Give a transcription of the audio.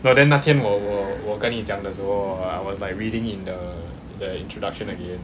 but then 那天我我我跟你讲的时候 I was like reading in the the introduction again